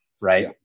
Right